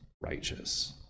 righteous